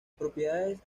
propiedades